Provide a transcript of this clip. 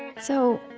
and so,